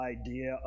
idea